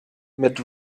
mit